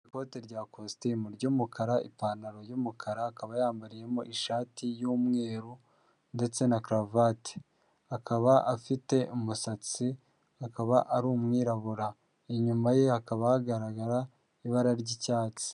Ikoti rya kositimu ry'umukara, ipantaro y'umukara, akaba yambariyemo ishati y'umweru ndetse na karuvati, akaba afite umusatsi, akaba ari umwirabura. Inyuma ye hakaba hagaragara ibara ry'icyatsi.